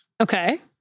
Okay